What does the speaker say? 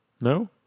No